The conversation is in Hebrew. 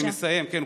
אני מסיים, כן.